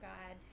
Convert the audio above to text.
God